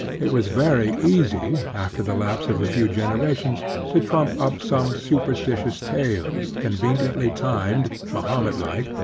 it was very easy, after the lapse of a few generations, to trump up some superstitious tale, conveniently timed, mahomet like,